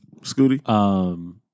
Scooty